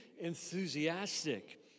enthusiastic